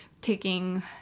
taking